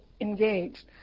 engaged